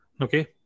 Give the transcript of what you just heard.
okay